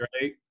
right